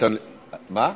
החוק